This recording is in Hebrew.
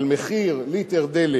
על מחיר ליטר דלק